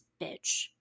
bitch